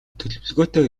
төлөвлөгөөтэй